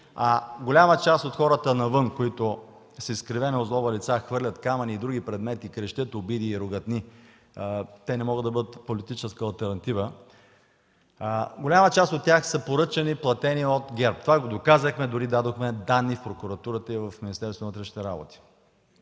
Голяма част от хората навън, които с изкривена от злоба лица хвърлят камъни и други предмети, крещят обиди и ругатни, не могат да бъдат политическа алтернатива. Голяма част от тях са поръчани, платени от ГЕРБ. Това го доказахме, дори дадохме данни в прокуратурата и в Министерството